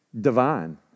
divine